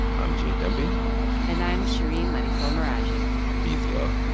i'm gene demby and i'm shereen marisol meraji be easy, ah